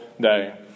day